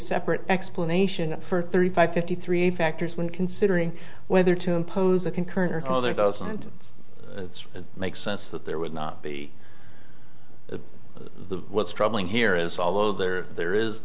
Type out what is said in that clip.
separate explanation for thirty five fifty three factors when considering whether to impose a concurrent or cause or doesn't make sense that there would not be the what's troubling here is although there there is